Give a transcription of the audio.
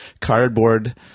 cardboard